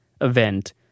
event